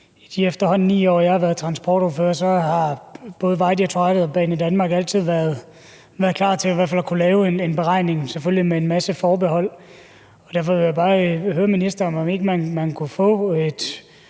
i de efterhånden 9 år, jeg har været transportordfører, har både Vejdirektoratet og Banedanmark i hvert fald altid været klar til at kunne lave en beregning, selvfølgelig med en masse forbehold. Derfor vil jeg bare høre ministeren, om ikke man kunne få et